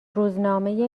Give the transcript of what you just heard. روزنامه